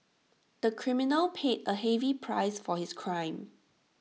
the criminal paid A heavy price for his crime